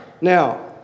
Now